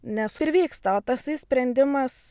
nes ir vyksta o tasai sprendimas